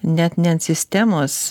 net ne ant sistemos